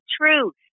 truth